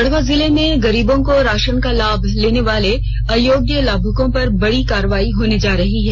गढ़वा जिले में गरीबों के राशन का लाभ लेने वाले अयोग्य लाभुकों पर बड़ी कार्रवाई होने जा रही है